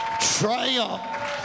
triumph